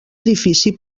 edifici